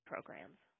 Programs